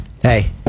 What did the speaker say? Hey